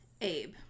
Abe